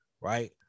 right